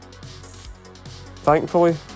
Thankfully